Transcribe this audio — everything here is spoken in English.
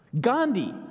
Gandhi